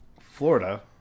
florida